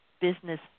business